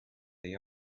they